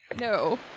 no